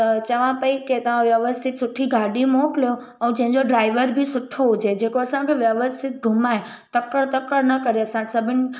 त चवा पई के तव्हां व्यवस्थित सुठी गाॾी मोकलियो ऐं जंहिंजो ड्राइवर बि सुठो हुजे जेको असांखे व्यवस्थित घुमाए तकिड़ो तकिड़ो न करे असां सभिनि